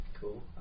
Cool